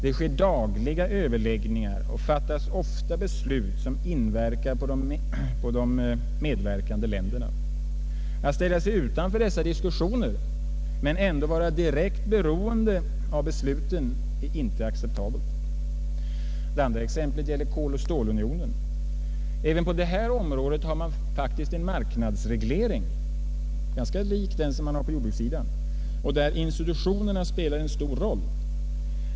Det sker dagliga överläggningar och fattas ofta beslut som inverkar på de medverkande länderna. Att ställa sig utanför dessa diskussioner men ändå vara direkt beroende av besluten är inte acceptabelt. Det andra exemplet gäller koloch stålunionen. Även på detta område har man en marknadsreglering — ganska lik den som finns på jordbrukssidan — där institutionerna spelar en stor roll.